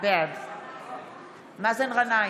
נגד מאי גולן,